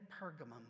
pergamum